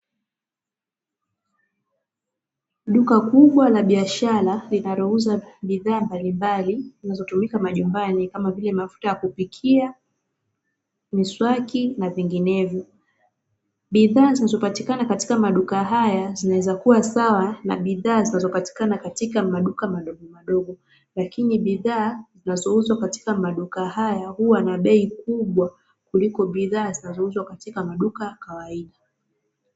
Duka kubwa la biashara linalouza bidhaa mbalimbali, zinazotumika majumbani, kama vile; mafuta ya kupikia, miswaki na vinginevyo. Bidhaa zinazopatikana katika maduka haya zinaweza kuwa sawa na bidhaa zinazopatikana katika maduka madogomadogo, lakini bidhaa zinazouzwa katika maduka haya huwa na bei kubwa kuliko bidhaa zinazouzwa katika maduka ya kawaida.